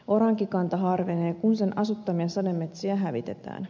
orankikanta harvenee kun sen asuttamia sademetsiä hävitetään